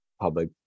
public